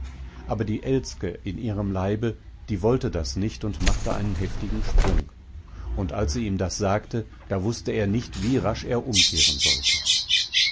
aber die elske in ihrem leibe die wollte das nicht und machte einen heftigen sprung und als sie ihm das sagte da wußte er nicht wie rasch er umkehren sollte